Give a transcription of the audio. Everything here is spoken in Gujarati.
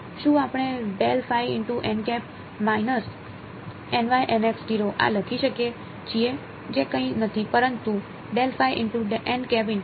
શું આપણે આ લખી શકીએ છીએ જે કંઈ નથી પરંતુ